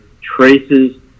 traces